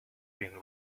been